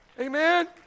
Amen